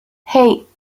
hey